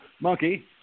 Monkey